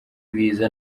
ibiza